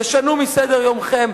תשנו מסדר-יומכם,